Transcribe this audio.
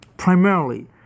Primarily